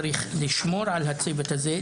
צריך לשמור על הצוות הזה,